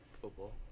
Football